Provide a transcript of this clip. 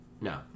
No